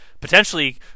potentially